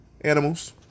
animals